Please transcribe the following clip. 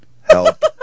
help